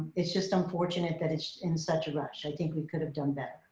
it's just unfortunate that it's in such a rush. i think we could have done better.